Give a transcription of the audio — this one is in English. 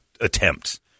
attempts